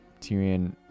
Tyrion